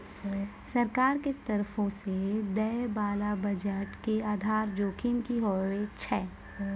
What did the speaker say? सरकार के तरफो से दै बाला बजट के आधार जोखिम कि होय छै?